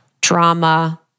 drama